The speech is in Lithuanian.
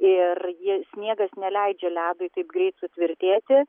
ir ji sniegas neleidžia ledui taip greit sutvirtėti